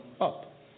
up